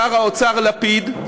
שר האוצר לפיד,